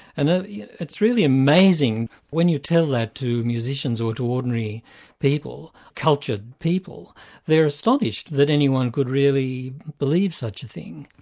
and ah yeah it's really amazing, when you tell that to musicians or to ordinary people, cultured people they're astonished that anyone could really believe such a thing.